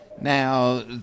Now